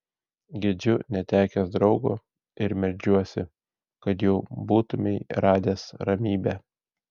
gedžiu netekęs draugo ir meldžiuosi kad jau būtumei radęs ramybę